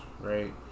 Right